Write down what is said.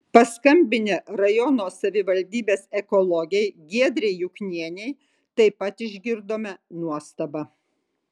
paskambinę rajono savivaldybės ekologei giedrei juknienei taip pat išgirdome nuostabą